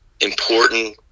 Important